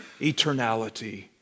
eternality